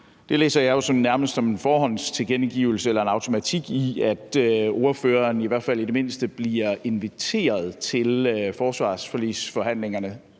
Det læser jeg jo nærmest som en automatik eller en forhåndstilkendegivelse af, at ordføreren i hvert fald i det mindste bliver inviteret til forsvarsforligsforhandlingerne;